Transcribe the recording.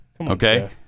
Okay